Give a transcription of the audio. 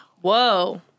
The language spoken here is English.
Whoa